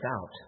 out